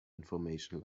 information